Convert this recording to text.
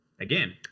again